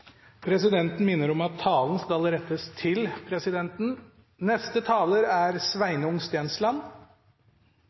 Presidenten minner om at all tale skal rettes til presidenten.